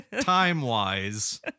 time-wise